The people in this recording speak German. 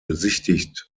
besichtigt